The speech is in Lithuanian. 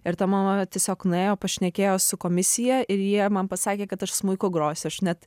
ir ta mama tiesiog nuėjo pašnekėjo su komisija ir jie man pasakė kad aš smuiku grosiu aš net